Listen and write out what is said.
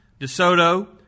DeSoto